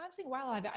um say while i'm, yeah